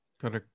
Correct